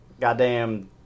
Goddamn